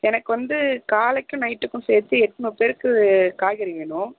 எனக்கு வந்து காலைக்கும் நைட்க்கும் சேர்த்து எட்நூறு பேருக்கு காய்கறி வேணும்